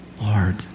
Lord